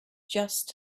just